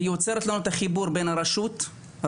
כי היא יוצרת לנו את החיבור בין הרשות המקומית,